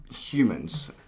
humans